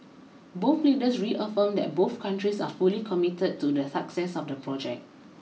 both leaders reaffirmed that both countries are fully committed to the success of the project